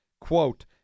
quote